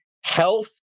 health